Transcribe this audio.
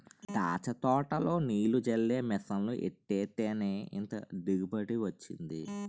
దాచ్చ తోటలో నీల్లు జల్లే మిసన్లు ఎట్టేత్తేనే ఇంత దిగుబడి వొచ్చింది